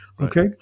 Okay